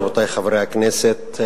רבותי חברי הכנסת,